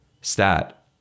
stat